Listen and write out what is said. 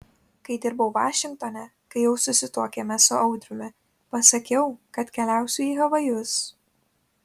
kai dirbau vašingtone kai jau susituokėme su audriumi pasakiau kad keliausiu į havajus